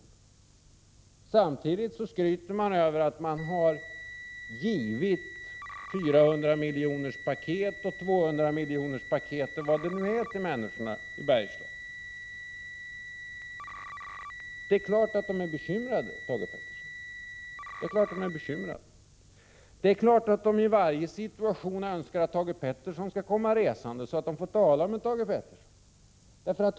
Samtidigt skryter man över att man har givit fyrahundramiljonerspaket och tvåhundramiljonerspaket till människorna i Bergslagen. Det är klart att de är bekymrade, Thage Peterson. Det är klart att de i varje situation önskar att Thage Peterson skall komma resande så att de får tala med Thage Peterson.